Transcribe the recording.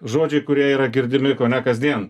žodžiai kurie yra girdimi kone kasdien